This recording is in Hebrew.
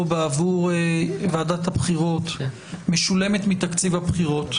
עבור ועדת הבחירות משולמת מתקציב הבחירות,